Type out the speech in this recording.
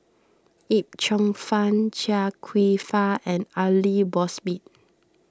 Yip Cheong Fun Chia Kwek Fah and Aidli Mosbit